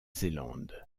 zélande